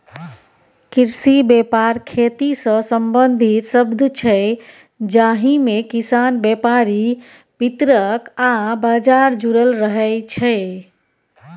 कृषि बेपार खेतीसँ संबंधित शब्द छै जाहिमे किसान, बेपारी, बितरक आ बजार जुरल रहय छै